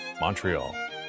Montreal